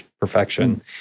perfection